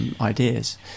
ideas